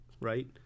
right